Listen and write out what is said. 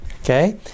Okay